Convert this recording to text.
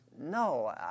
No